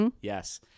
yes